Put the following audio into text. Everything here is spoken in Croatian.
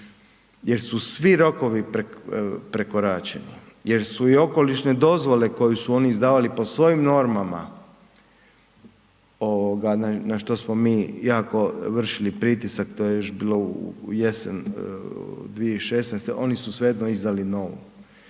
jer su svi rokovi prekoračeni, jer su i okolišne dozvole koju su oni izdavali po svojim normama na što smo mi jako vršili pritisak, to je još bilo u jesen 2016., oni su svejedno izdali novu.